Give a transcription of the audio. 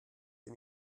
sie